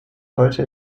heute